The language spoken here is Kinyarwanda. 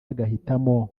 agahitamo